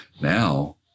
Now